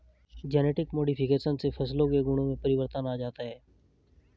genetic modification से फसलों के गुणों में परिवर्तन आ जाता है